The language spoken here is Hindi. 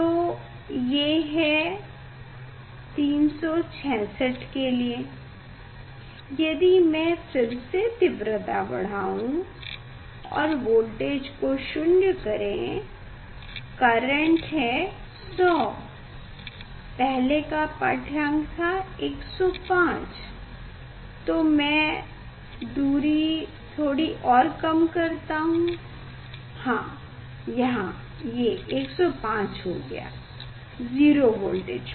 तो ये है 366 के लिए यदि मैं फिर से तीव्रता बढ़ाऊँ और वोल्टेज को 0 करें करेंट है 100 पहले का पाठ्यांक था 105 तो मैं दूरी थोड़ी और कम करता हूँ हाँ यहाँ ये 105 हो गया 0 वोल्टेज पर